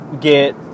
get